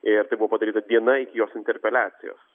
ir tai buvo padaryta diena iki jos interpeliacijos